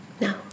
No